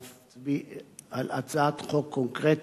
צריך להביא הצעת חוק קונקרטית,